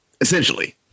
essentially